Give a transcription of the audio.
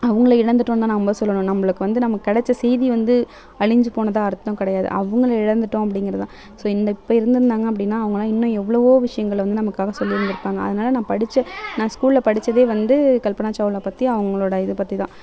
அவங்கள இழந்துவிட்டோனுதான் நம்ம சொல்லணும் நம்மளுக்கு வந்து நமக்கு கிடைச்ச செய்தி வந்து அழிஞ்சு போனதாக அர்த்தம் கிடையாது அவங்கள இழந்துட்டோம் அப்படிங்கறதுதான் ஸோ இந்த இப்போ இருந்திருந்தாங்க அப்படினா அவங்கெலாம் இன்னும் எவ்வளவோ விஷயங்களை வந்து நமக்காக சொல்லியிருப்பாங்க அதனால நான் படித்த நான் ஸ்கூலில் படித்ததே வந்து கல்பனா சாவ்லா பற்றி அவங்களோட இதை பற்றிதான்